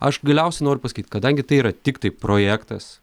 aš galiausiai noriu pasakyt kadangi tai yra tiktai projektas